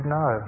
no